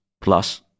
plus